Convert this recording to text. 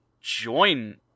join